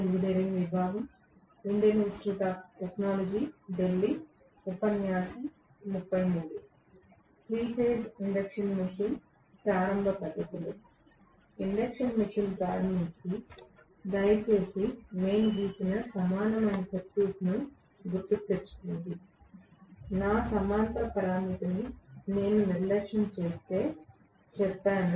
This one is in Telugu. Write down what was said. ఇండక్షన్ మెషీన్ ప్రారంభించి దయచేసి మేము గీసిన సమానమైన సర్క్యూట్ను గుర్తుకు తెచ్చుకోండి నా సమాంతర పరామితిని నేను నిర్లక్ష్యం చేస్తే చెప్పాను